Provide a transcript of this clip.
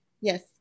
Yes